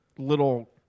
Little